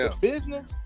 business